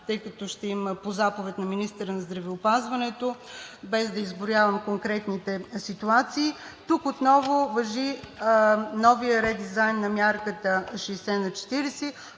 тъй като ще е по заповед на министъра на здравеопазването, без да изброявам конкретните ситуации, тук отново важи новият редизайн на мярката 60/40,